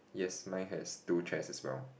yes mine has two chairs as well